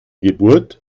geburt